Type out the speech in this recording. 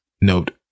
Note